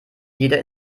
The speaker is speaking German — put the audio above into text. jeder